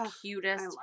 cutest